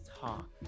talk